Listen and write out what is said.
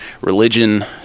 religion